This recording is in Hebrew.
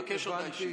הבנתי.